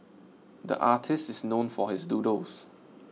the artist is known for his doodles